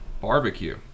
Barbecue